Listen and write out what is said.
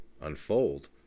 unfold